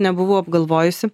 nebuvau apgalvojusi